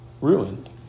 ruined